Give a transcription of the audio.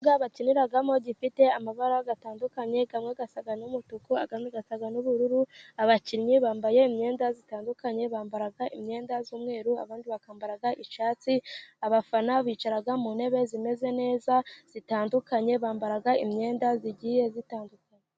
Ikibuga bakiniramo gifite amabara atandukanye. Amwe asa n'umutu, andi asa n'ubururu. Abakinnyi bambaye imyenda itandukanye. Bambara imyenda y'umweru, abandi bakambara icyatsi. Abafana bicara mu ntebe zimeze neza zitandukanye, bambara imyenda igiye itandukanye.